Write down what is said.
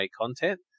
content